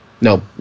No